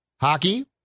Hockey